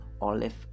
Olive